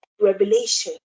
revelation